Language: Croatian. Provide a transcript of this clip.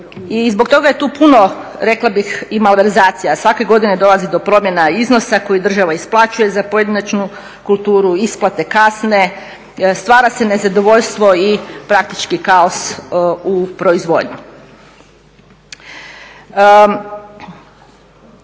I zbog toga je tu puno rekla bih i malverzacija. Svake godine dolazi do promjena iznosa koji država isplaćuje za pojedinačnu kulturu, isplate kasne, stvara se nezadovoljstvo i praktički kaos u proizvodnji.